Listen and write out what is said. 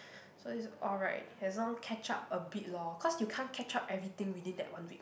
so is alright as long catch up a bit lor cause you can't catch up everything within that one week